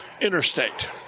interstate